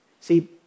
See